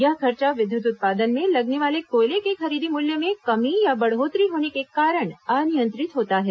यह खर्चा विद्युत उत्पादन में लगने वाले कोयले के खरीदी मूल्य में कमी या बढ़ोत्तरी होने के कारण अनियंत्रित होता है